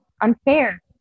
unfair